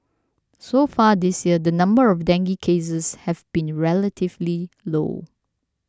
so far this year the number of dengue cases have been relatively low